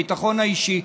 הביטחון האישי,